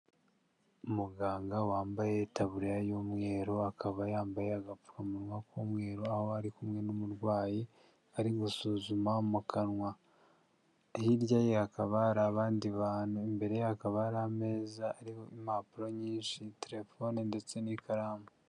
Muganga wambaye taburiya y'umweru, akaba yambaye agapfukamunwa k'umweru, aho ari kumwe n'umurwayi ari gusuzuma mu kanwa, hiryaye hakaba hari abandi bantu imbereye hakaba hari ameza ariho impapuro nyinshi, telefone ndetse n'ikaramu.